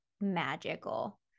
magical